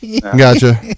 Gotcha